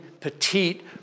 petite